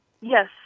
Yes